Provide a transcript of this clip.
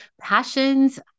passions